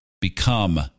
become